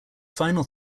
final